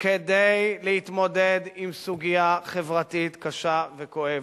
כדי להתמודד עם סוגיה חברתית קשה וכואבת.